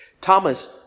Thomas